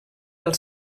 els